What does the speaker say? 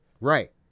Right